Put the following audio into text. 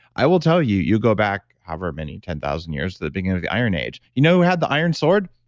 i will tell you, you go back however many, ten thousand years to the beginning of the iron age. you know who had the iron sword?